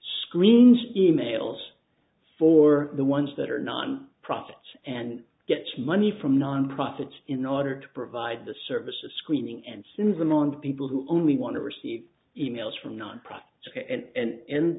screens emails for the ones that are non profits and gets money from non profits in order to provide the service of screening and sins among the people who only want to receive emails from non profits and